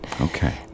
Okay